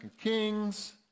Kings